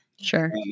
Sure